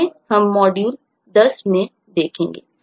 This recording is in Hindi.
इन्हें हम मॉड्यूल 10 में देखेंगे